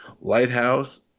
Lighthouse